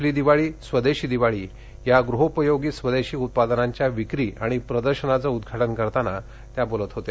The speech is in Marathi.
आपली दिवाळी स्वदेशी दिवाळी या गृहोपयोगी स्वदेशी उत्पादनांच्या विक्री आणि प्रदर्शनाचं उद्घाटन करताना त्या बोलत होत्या